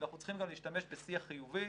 אנחנו צריכים גם להשתמש בשיח חיובי,